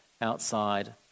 outside